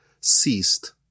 ceased